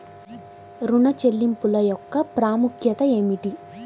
ఋణ చెల్లింపుల యొక్క ప్రాముఖ్యత ఏమిటీ?